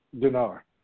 dinar